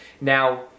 Now